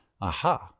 aha